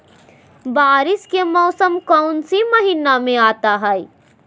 बारिस के मौसम कौन सी महीने में आता है?